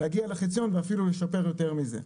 להגיע לחציון ואפילו לשפר יותר מזה.